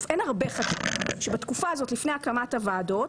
אין הרבה חקיקה, שבתקופה הזאת לפני הקמת הוועדות